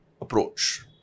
approach